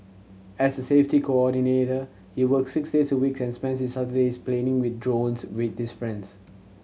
as a safety coordinator he works six days a week and spends his Sundays playing with drones with his friends